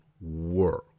work